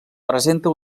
presenta